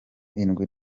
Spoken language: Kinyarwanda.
indwi